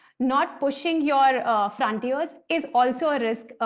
not pushing your frontiers is also a risk,